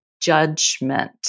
judgment